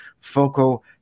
Foco